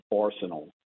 arsenal